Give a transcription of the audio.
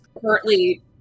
currently